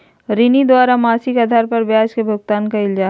ऋणी द्वारा मासिक आधार पर ब्याज के भुगतान कइल जा हइ